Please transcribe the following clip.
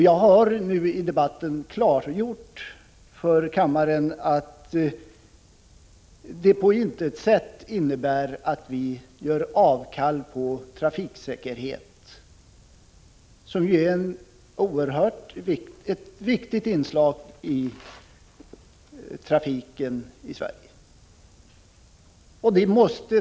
Jag har i debatten klargjort för kammaren att det på intet sätt innebär att vi gör avkall på trafiksäkerheten, som är ett viktigt inslag i trafiken i Sverige.